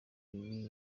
ibi